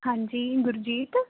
ਹਾਂਜੀ ਗੁਰਜੀਤ